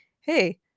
Hey